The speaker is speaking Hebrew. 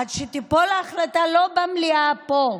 עד שתיפול ההחלטה, לא במליאה פה,